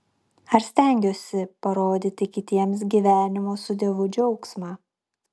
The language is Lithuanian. ar stengiuosi parodyti kitiems gyvenimo su dievu džiaugsmą